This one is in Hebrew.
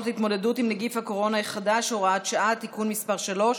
להתמודדות עם נגיף הקורונה החדש (הוראת שעה) (תיקון מס' 3)